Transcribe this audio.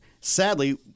Sadly